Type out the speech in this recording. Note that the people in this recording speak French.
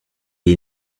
est